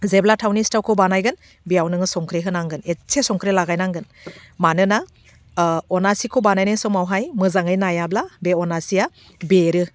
जेब्ला थावनि सिथावखौ बानायगोन बेयाव नोङो संख्रि होनांगोन एथसे संख्रि लागायनांगोन मानोना अनासिखौ बानायनाय समावहाय मोजाङै नायाब्ला बे अनासिया बेरो